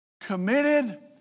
Committed